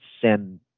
send